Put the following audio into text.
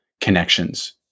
connections